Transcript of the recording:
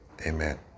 Amen